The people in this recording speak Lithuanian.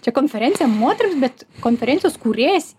čia konferencija moterims bet konferencijos kūrėjas